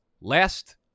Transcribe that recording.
Last